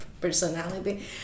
personality